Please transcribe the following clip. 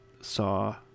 saw